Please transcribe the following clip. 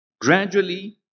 Gradually